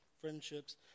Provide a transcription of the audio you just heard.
friendships